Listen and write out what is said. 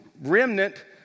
remnant